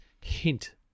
hint